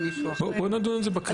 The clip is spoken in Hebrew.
בואו נדון על זה בקריאה.